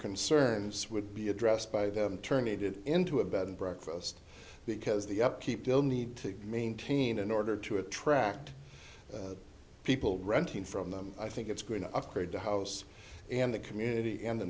concerns would be addressed by them turn it into a bed and breakfast because the upkeep don't need to maintain in order to attract people renting from them i think it's going to upgrade the house and the community and the